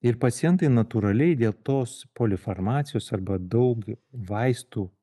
ir pacientai natūraliai dėl tos polifarmacijos arba daug vaistų